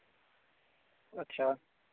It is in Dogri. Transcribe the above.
अच्छा